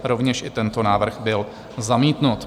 Rovněž tento návrh byl zamítnut.